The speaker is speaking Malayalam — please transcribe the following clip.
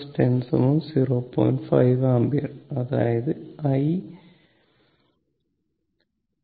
5 ആമ്പിയർ അതായത് i